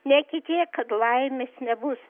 netikėk kad laimės nebus